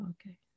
Okay